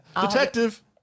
Detective